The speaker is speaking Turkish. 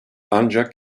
ancak